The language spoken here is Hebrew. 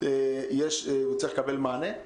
הוא צריך לקבל מענה?